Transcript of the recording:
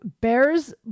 Bears